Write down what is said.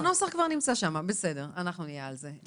אז הנוסח כבר נמצא שם, בסדר, אנחנו נהיה על זה.